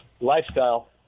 lifestyle